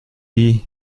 die